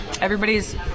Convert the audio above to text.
Everybody's